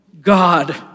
God